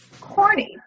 corny